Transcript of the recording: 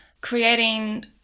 creating